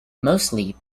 mostly